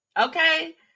Okay